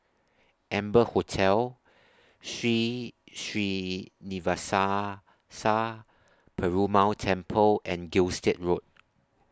Amber Hotel Sri Srinivasa Sa Perumal Temple and Gilstead Road